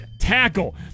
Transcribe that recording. tackle